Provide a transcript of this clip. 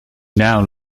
now